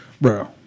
Bro